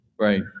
Right